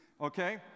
okay